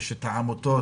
העמותות